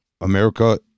America